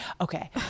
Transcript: okay